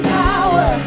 power